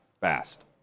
fast